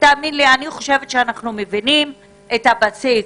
אנחנו מבינים את הבסיס,